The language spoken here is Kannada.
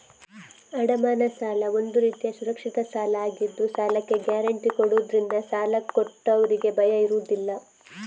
ಅಡಮಾನ ಸಾಲ ಒಂದು ರೀತಿಯ ಸುರಕ್ಷಿತ ಸಾಲ ಆಗಿದ್ದು ಸಾಲಕ್ಕೆ ಗ್ಯಾರಂಟಿ ಕೊಡುದ್ರಿಂದ ಸಾಲ ಕೊಟ್ಟವ್ರಿಗೆ ಭಯ ಇರುದಿಲ್ಲ